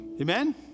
Amen